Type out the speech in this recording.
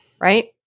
Right